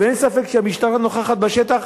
ואין ספק שהמשטרה נוכחת בשטח.